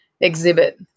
exhibit